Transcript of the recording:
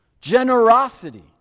Generosity